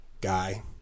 guy